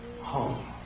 home